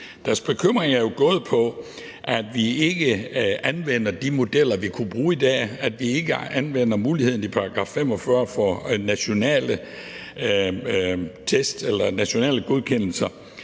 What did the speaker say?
Deres bekymring er jo gået på, at vi ikke anvender de modeller, vi kunne bruge i dag, og at vi ikke anvender muligheden i § 45 for nationale godkendelser.